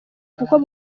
kuko